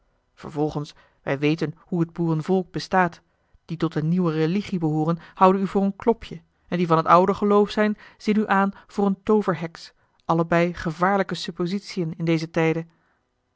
vervolgens wij weten hoe t boerenvolk bestaat die tot de nieuwe religie behooren houden u voor een klopje en die van t oude geloof zijn zien u aan voor eene tooverheks allebeî gevaarlijke suppositiën in deze tijden